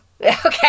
Okay